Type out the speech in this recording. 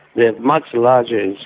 they are much larger yeah